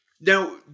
Now